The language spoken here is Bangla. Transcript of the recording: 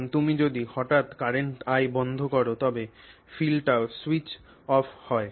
এখন তুমি যদি হঠাৎ কারেন্ট I বন্ধ কর তবে ফিল্ডটিও স্যুইচ অফ হয়